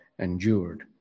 Endured